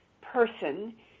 person